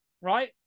right